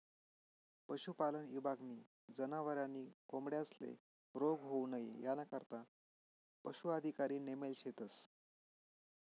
पशुपालन ईभागनी जनावरे नी कोंबड्यांस्ले रोग होऊ नई यानाकरता पशू अधिकारी नेमेल शेतस